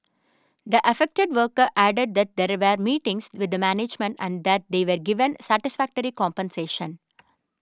the affected worker added that there there meetings with the management and that they were given satisfactory compensation